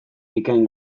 bikain